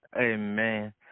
Amen